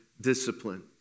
Discipline